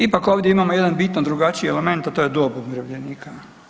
Ipak ovdje imamo jedan bitno drugačiji element, a to je dob umirovljenika.